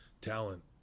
talent